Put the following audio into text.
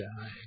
die